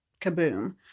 kaboom